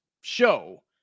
show